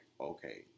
okay